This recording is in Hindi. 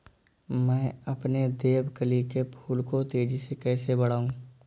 मैं अपने देवकली के फूल को तेजी से कैसे बढाऊं?